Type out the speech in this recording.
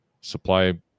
supply